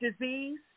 disease